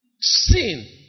sin